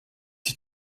die